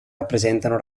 rappresentano